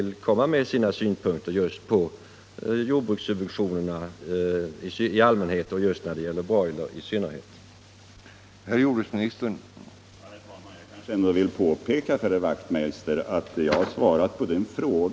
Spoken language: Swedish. Jag har svarat på den frågan och hänvisat till vad som hänt i samband med den senaste jordbruksuppgörelsen och redovisat mina funderingar över vad det möjligen kan medföra i fortsättningen för broilerbranschen.